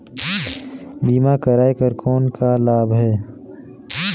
बीमा कराय कर कौन का लाभ है?